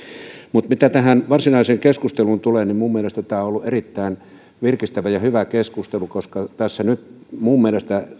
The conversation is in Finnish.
mutta mitä tähän varsinaiseen keskusteluun tulee niin minun mielestäni tämä on ollut erittäin virkistävä ja hyvä keskustelu koska nyt tässä minun mielestäni